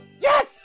Yes